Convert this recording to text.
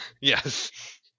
Yes